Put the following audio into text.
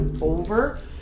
over